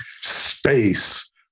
space